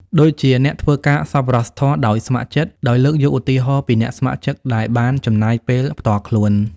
ដូចជា អ្នកធ្វើការសប្បុរសធម៌ដោយស្ម័គ្រចិត្ត ដោយលើកយកឧទាហរណ៍ពីអ្នកស្ម័គ្រចិត្តដែលបានចំណាយពេលផ្ទាល់ខ្លួន។